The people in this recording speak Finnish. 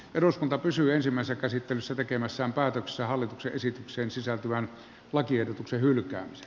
eduskunta pysyy ensimmäisessä käsittelyssä tekemässään päätöksessä hallituksen esitykseen sisältyvän lakiehdotuksen hylkää